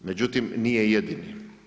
Međutim nije jedini.